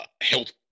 health